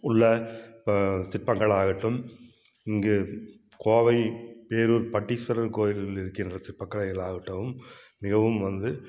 உள்ள ப சிற்பங்கள் ஆகட்டும் இங்கு கோவை பேரூர் பட்டிஸ்வரர் கோயிலில் இருக்கின்ற சிற்பக்கலைகள் ஆகட்டும் மிகவும் வந்து